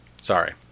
Sorry